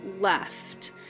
left